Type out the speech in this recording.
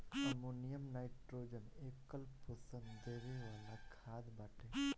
ammonium nitrogen एकल पोषण देवे वाला खाद बाटे